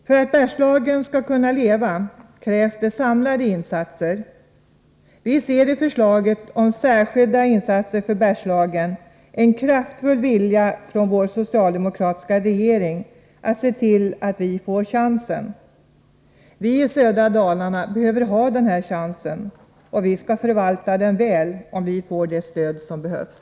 För att Bergslagen skall kunna leva krävs det samlade insatser. Vi ser i förslaget om särskilda insatser för Bergslagen en kraftfull vilja från vår socialdemokratiska regering att se till att vi får chansen. Vi i södra Dalarna behöver den här chansen, och vi skall förvalta den väl om vi får det stöd som behövs.